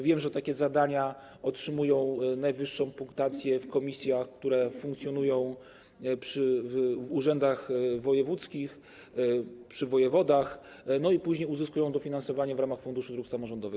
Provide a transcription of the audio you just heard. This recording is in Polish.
Wiem, że takie zadania otrzymują najwyższą punktację w komisjach, które funkcjonują przy urzędach wojewódzkich, przy wojewodach, i później uzyskują dofinansowanie w ramach Funduszu Dróg Samorządowych.